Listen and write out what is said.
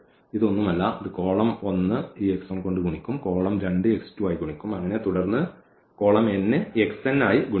ഇത് ഒന്നുമല്ല ഇത് കോളം1 ഈ കൊണ്ട് ഗുണിക്കും കോളം2 ആയി ഗുണിക്കും അങ്ങനെ തുടർന്ന് കോളംn ആയി ഗുണിക്കും